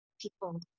people